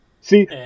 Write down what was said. See